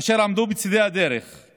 אשר עמדו בצידי הדרכים